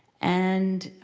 and